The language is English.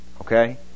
Okay